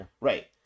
Right